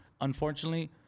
unfortunately